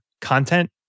content